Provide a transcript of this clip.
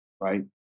right